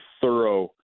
thorough